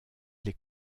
les